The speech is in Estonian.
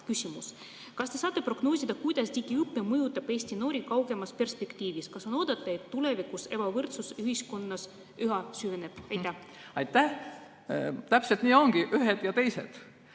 Kas te saate prognoosida, kuidas digiõpe mõjutab Eesti noori kaugemas perspektiivis? Kas on oodata, et tulevikus ebavõrdsus ühiskonnas üha süveneb? Aitäh! Täpselt nii ongi: ühed ja teised.